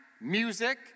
music